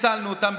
פיצלנו אותם,